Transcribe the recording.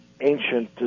ancient